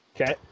Okay